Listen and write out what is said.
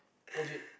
legit